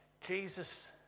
Jesus